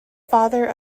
father